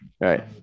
right